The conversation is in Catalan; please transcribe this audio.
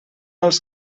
els